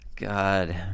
God